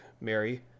Mary